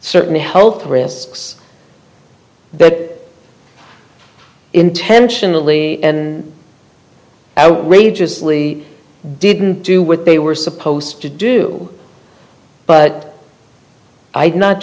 certainly health risks that intentionally and outrageously didn't do what they were supposed to do but